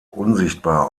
unsichtbar